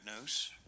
news